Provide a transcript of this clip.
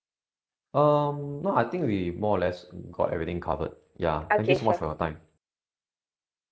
um no I think we more or less got everything covered ya thank you so much for your time